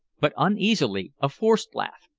but uneasily, a forced laugh,